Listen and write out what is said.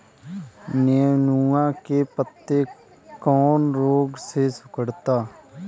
नेनुआ के पत्ते कौने रोग से सिकुड़ता?